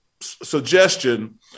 suggestion